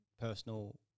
personal